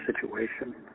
situation